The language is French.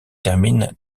termine